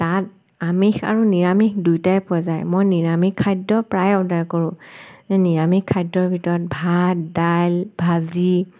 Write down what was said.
তাত আমিষ আৰু নিৰামিষ দুয়োটাই পোৱা যায় মই নিৰামিষ খাদ্য প্ৰায় অৰ্ডাৰ কৰোঁ নিৰামিষ খাদ্যৰ ভিতৰত ভাত দাইল ভাজি